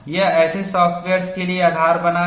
यह ऐसे सॉफ्टवेयर्स के लिए आधार बनाता है